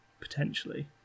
potentially